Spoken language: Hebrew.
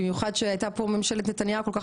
במיוחד כשהייתה ממשלת נתניהו כל כך